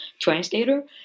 translator